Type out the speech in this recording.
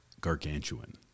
gargantuan